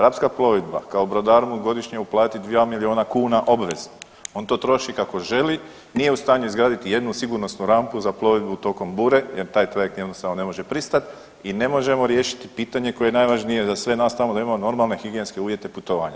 Rapska plovidba kao brodar mu godišnje uplati 2 milijuna kuna obveze, on to troši kako želi, nije u stanju izgraditi jednu sigurnosnu rampu za plovidbu tokom bure jer taj trajekt jednostavno ne može pristat i ne možemo riješiti pitanje koje je najvažnije za sve nas tamo da imamo normalne higijenske uvjete putovanja.